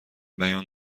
بیان